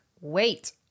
wait